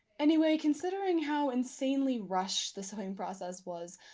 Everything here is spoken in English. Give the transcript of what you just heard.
anyway, considering how insanely rushed the sewing process was,